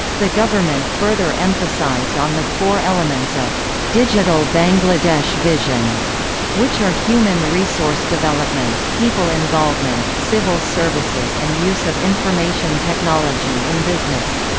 the government further emphasized on the four elements of digital bangladesh vision which are human resource development, people involvement, civil services and use of information technology in business.